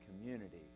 community